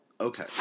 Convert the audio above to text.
Okay